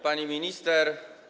Pani Minister!